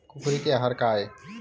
कुकरी के आहार काय?